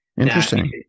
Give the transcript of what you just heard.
Interesting